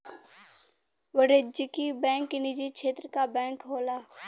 वाणिज्यिक बैंक निजी क्षेत्र क बैंक होला